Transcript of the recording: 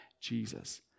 Jesus